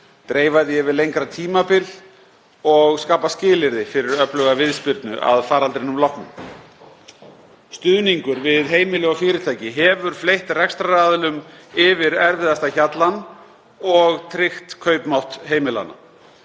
dreifa því yfir lengra tímabil og skapa skilyrði fyrir öfluga viðspyrnu að faraldrinum loknum. Stuðningur við heimili og fyrirtæki hefur fleytt rekstraraðilum yfir erfiðasta hjallann og tryggt kaupmátt heimilanna.